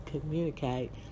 communicate